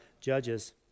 Judges